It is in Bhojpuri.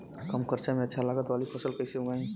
कम खर्चा में अच्छा लागत वाली फसल कैसे उगाई?